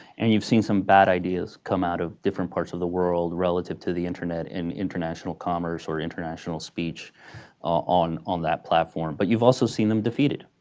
and you've seen some bad ideas come out of different parts of the world relative to the internet and international commerce or international speech on on that platform. but you've also seen them defeated.